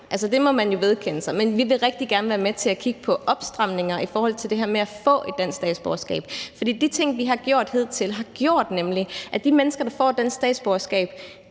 Det må vi jo vedkende os. Men vi vil rigtig gerne være med til at kigge på opstramninger i forhold til det her med at få et dansk statsborgerskab. For de ting, vi har gjort hidtil, har nemlig gjort, at de mennesker, der får dansk statsborgerskab,